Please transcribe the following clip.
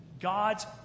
God's